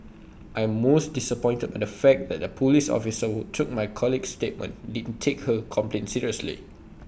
I'm most disappointed by the fact that the Police officer who took my colleague's statement didn't take her complaint seriously